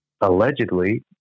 allegedly